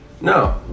no